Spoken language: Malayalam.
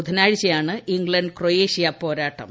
ബുധനാഴ്ചയാണ് ഇംഗ്ലണ്ട് ക്രൊയേഷ്യ പോരാട്ടം